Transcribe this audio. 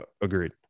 Agreed